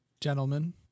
Gentlemen